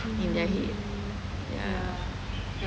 in their head ya